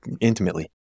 intimately